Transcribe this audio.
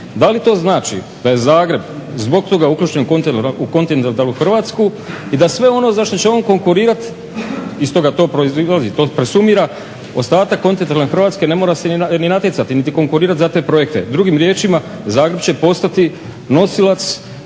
Da li to znači da je Zagreb zbog toga uključen u kontinentalnu Hrvatsku i da sve ono za šta će on konkurirat, iz toga to proizlazi, to presumira, ostatak kontinentalne Hrvatske ne mora se ni natjecati niti konkurirat za te projekte. Drugim riječima, Zagreb će postati nositelj